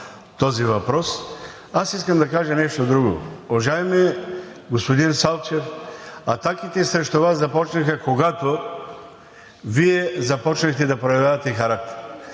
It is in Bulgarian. този въпрос. Аз искам да кажа нещо друго. Уважаеми господин Салчев, атаките срещу Вас започнаха, когато Вие започнахте да проявявате характер.